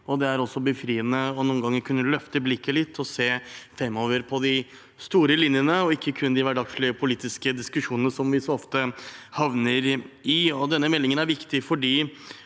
det er også befriende å kunne løfte blikket litt noen ganger og se framover på de store linjene – og ikke kun på de hverdagslige politiske diskusjonene som vi så ofte havner i. Denne meldingen er viktig fordi